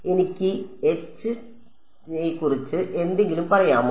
എനിക്ക് യെ കുറിച്ച് എന്തെങ്കിലും പറയാമോ